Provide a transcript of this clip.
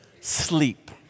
sleep